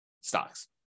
stocks